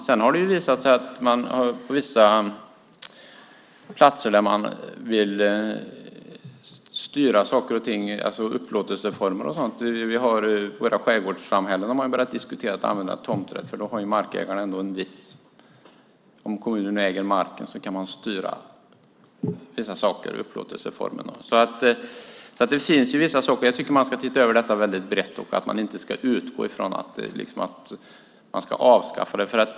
Sedan har det visat sig att man på vissa platser där man vill styra saker och ting - upplåtelseformer och annat - till exempel i våra skärgårdssamhällen, har börjat diskutera att använda tomträtt eftersom kommunen då om man äger marken kan styra vissa saker, till exempel upplåtelseformer. Jag tycker att man ska se över detta väldigt brett och att man inte ska utgå från att det ska avskaffas.